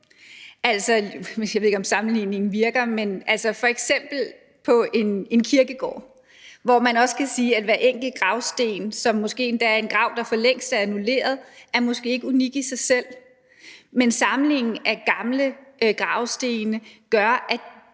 Altså, jeg ved ikke, om sammenligningen virker, men hvis man f.eks. tager en kirkegård, kan man sige, at hver enkelt gravsten, som måske endda har stået på en grav, der for længst er annulleret, måske ikke er unik i sig selv. Men samlingen af gamle gravsten gør, at